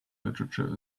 literature